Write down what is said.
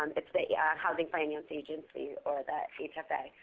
um it's the yeah housing finance agency, or the hfa.